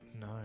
No